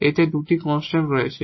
এতে এই 2 টি কনস্ট্যান্ট রয়েছে